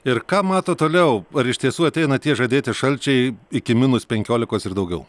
ir ką mato toliau ar iš tiesų ateina tie žadėti šalčiai iki minus penkiolikos ir daugiau